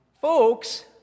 folks